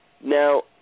Now